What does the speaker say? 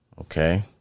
Okay